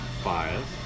five